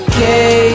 Okay